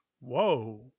Whoa